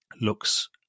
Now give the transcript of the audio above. looks